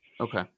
Okay